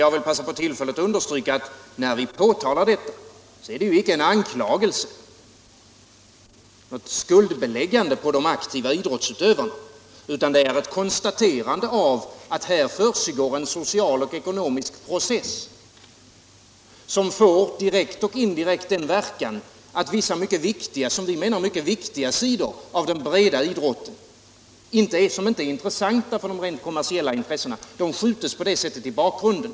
Jag vill dock passa på tillfället att understryka att när vi påtalar den så är det ingen anklagelse, inget skuldbeläggande på de aktiva idrottsutövarna, utan ett konstaterande av att här försiggår en social och ekonomisk process som både direkt och indirekt gör att vissa, som vi menar, mycket viktiga sidor av den breda idrotten, vilka inte är intressanta för de rent kommersiella intressena, skjutes i bakgrunden.